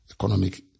economic